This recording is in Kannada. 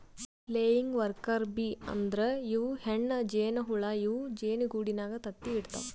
ಲೆಯಿಂಗ್ ವರ್ಕರ್ ಬೀ ಅಂದ್ರ ಇವ್ ಹೆಣ್ಣ್ ಜೇನಹುಳ ಇವ್ ಜೇನಿಗೂಡಿನಾಗ್ ತತ್ತಿ ಇಡತವ್